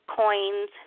coins